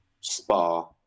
spa